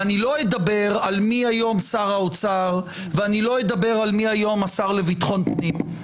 ולא אדבר על מי היום שר האוצר או על מי היום השר לביטחון פנים.